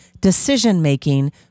decision-making